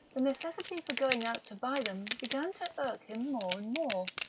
the necessity for going out to buy them began to irk him more and more,